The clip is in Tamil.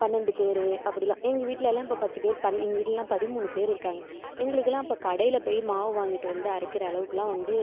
பன்னெண்டு பேர் அப்படிலாம் எங்கள் வீட்டிலலாம் இப்போ பத்து பேர் பன் எங்கள் வீட்டிலலாம் பதிமூணு பேர் இருக்காங்க எங்களுக்கெல்லாம் இப்போ கடையில் போய் மாவு வாங்கிட்டு வந்து அரைக்கிற அளவுக்கெல்லாம் வந்து